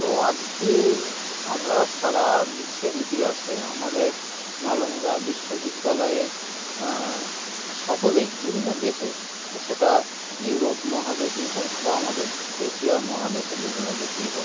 তো আজকে আমরা সারা বিশ্বের ইতিহাসে আমাদের নালন্দা বিশ্ববিদ্যালয়ের সকলের বিভিন্ন দেশে সেটা ইউরোপ মহাদেশই হোক বা আমাদের এশিয়া মহাদেশের বিভিন্ন দেশই হোক